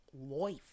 life